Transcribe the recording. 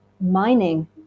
mining